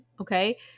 okay